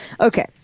Okay